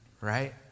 right